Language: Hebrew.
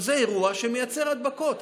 זה אירוע שמייצר הדבקות.